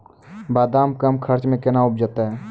बादाम कम खर्च मे कैना उपजते?